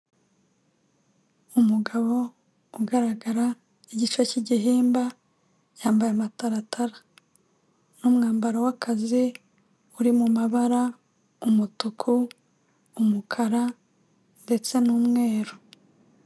Umugabo ugaragara igice cy'igihimba yambaye amataratara n'umwambaro w'akazi uri mu mabara umutuku, umukara ndetse n'umweru.